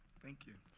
thank you.